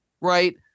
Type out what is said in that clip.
right